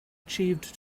achieved